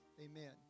Amen